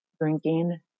drinking